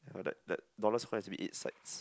that that dollars coin has to be eight sides